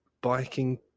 biking